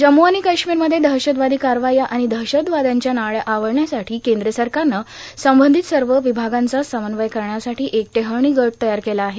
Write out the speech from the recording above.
जम्मू आणि काश्मीरमध्ये दहशतवादी कारवाया आणि दहशतवाद्याच्या नाड्या आवळण्यासाठी केंद्र सरकारनं संबंधित सर्व विभागांचा समन्वय करण्यासाठी एक टेहळणी गट तयार केला आहे